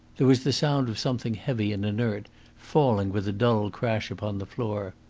there was the sound of something heavy and inert falling with a dull crash upon the floor.